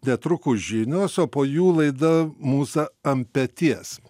netrukus žinios o po jų laida mūza ant peties